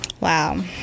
wow